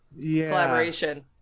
collaboration